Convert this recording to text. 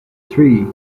three